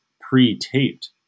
pre-taped